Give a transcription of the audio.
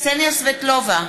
קסניה סבטלובה,